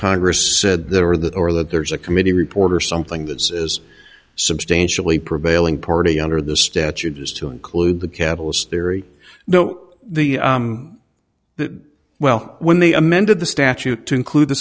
congress said there were that or that there's a committee report or something that says substantially prevailing party under the statute has to include the catalyst theory no the that well when they amended the statute to include the